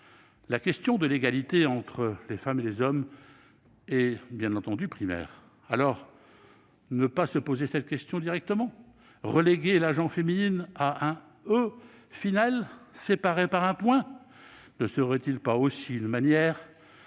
La question de l'égalité entre les femmes et les hommes est, bien entendu, première. Dès lors, pourquoi ne pas poser cette question directement ? Reléguer la gent féminine à un « e » final séparé par un point ne serait-il pas aussi une manière